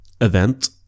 event